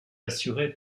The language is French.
assurée